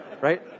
Right